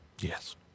Yes